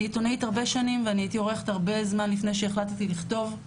אני עיתונאית הרבה שנים ואני הייתי עורכת הרבה זמן לפני שהחלטתי לכתוב,